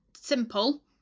simple